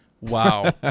Wow